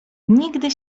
nigdy